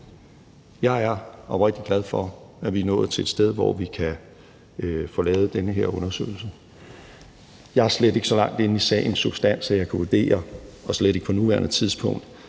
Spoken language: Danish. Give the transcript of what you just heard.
Jeg er oprigtig glad for, at vi er nået til et sted, hvor vi kan få lavet den her undersøgelse. Jeg er slet ikke så langt inde i sagens substans, at jeg kan vurdere, og slet ikke på nuværende tidspunkt,